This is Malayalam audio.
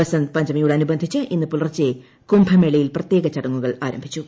ബസന്ത് പഞ്ചമിയോടനുബന്ധിച്ച് ഇന്ന് പുലർച്ചെ കുംഭമേളയിൽ പ്രത്യേക ചടങ്ങുകൾ ആരംഭിച്ചു